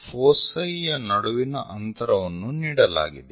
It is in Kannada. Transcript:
ಫೋಸೈ ಯ ನಡುವಿನ ಅಂತರವನ್ನು ನೀಡಲಾಗಿದೆ